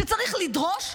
שצריך לדרוש,